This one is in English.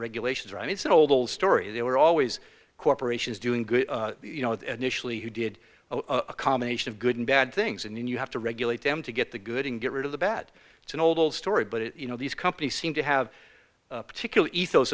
regulations right it's an old old story they were always corporations doing good you know that initially who did a combination of good and bad things and you have to regulate them to get the good and get rid of the bad it's an old old story but you know these companies seem to have particular ethos